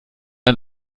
ein